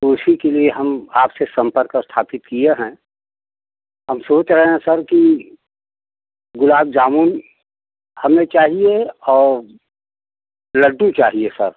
तो इसी के लिए हम आपसे संपर्क स्थापित किए हैं हम सोच रहे हैं सर कि गुलाब जामुन हमें चाहिए और लड्डू चाहिए सर